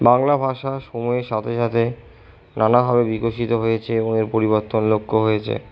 বাংলা ভাষা সময়ের সাথে সাথে নানাভাবে বিকশিত হয়েছে এবং এর পরিবর্তন লক্ষ্য হয়েছে